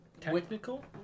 Technical